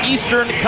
Eastern